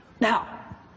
Now